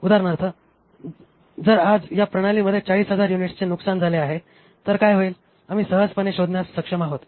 उदाहरणार्थ जर आज या प्रणालीमध्ये 40000 युनिट्सचे नुकसान झाले आहे तर काय होईल आम्ही सहजपणे शोधण्यास सक्षम आहोत